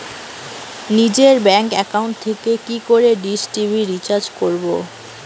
নিজের bank account থেকে কি করে ডিশ টি.ভি রিচার্জ করবো?